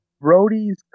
Brody's